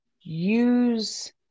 use